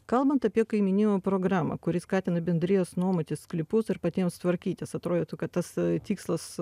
kalbant apie kaimynijų programą kuri skatina bendrijas nuomotis sklypus ir patiems tvarkytis atrodytų kad tas tikslas